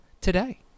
today